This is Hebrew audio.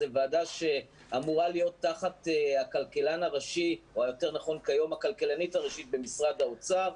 זו ועדה שאמורה להיות תחת הכלכלן הראשי במשרד האוצר.